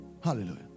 Hallelujah